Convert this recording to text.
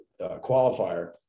qualifier